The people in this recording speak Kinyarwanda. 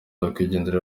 nyakwigendera